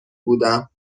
بودم